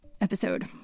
episode